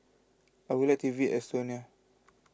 I would like to V Estonia